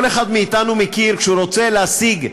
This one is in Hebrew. כל אחד מאתנו מכיר, כשהוא רוצה להשיג גוף,